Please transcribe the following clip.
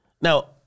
Now